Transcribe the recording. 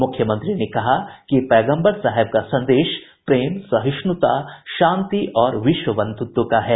मुख्यमंत्री ने कहा कि पैगम्बर साहब का संदेश प्रेम सहिष्णुता शांति और विश्व बंधुत्व का है